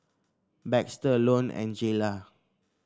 Baxter Ione and Jaylah